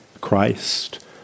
Christ